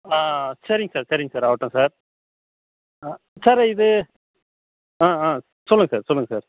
ஆ சரிங்க சார் சரிங்க சார் ஆவட்டும் சார் சார் இது ஆ ஆ சொல்லுங்கள் சார் சொல்லுங்கள் சார்